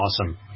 awesome